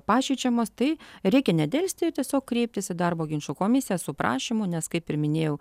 pažeidžiamos tai reikia nedelsti ir tiesiog kreiptis į darbo ginčų komisiją su prašymu nes kaip ir minėjau